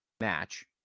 match